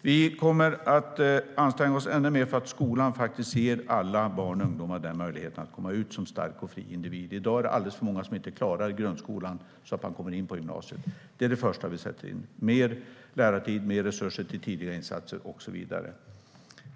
Vi kommer att anstränga oss ännu mer för att skolan ska ge alla barn och ungdomar möjligheten att komma ut som starka och fria individer. I dag är det alldeles för många som inte klarar grundskolan så att de kommer in på gymnasiet. Det är det första vi sätter in: mer lärartid, mer resurser till tidigare insatser och så vidare.